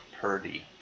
Purdy